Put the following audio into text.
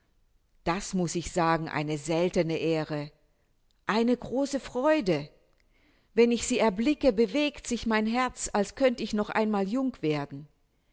das muß ich sagen eine seltene ehre eine große freude wenn ich sie erblicke bewegt sich mein herz als könnt ich noch einmal jung werden